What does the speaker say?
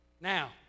Now